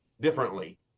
differently